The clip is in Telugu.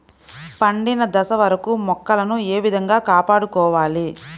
పండిన దశ వరకు మొక్కలను ఏ విధంగా కాపాడుకోవాలి?